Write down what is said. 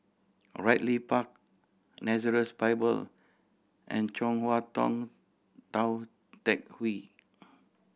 Ridley Park Nazareth Bible and Chong Hua Tong Tou Teck Hwee